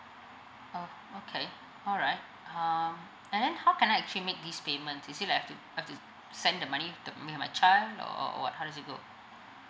uh okay alright um and how can I actually make this payment is it like I have to I have to send the money the with my child or or what how does it go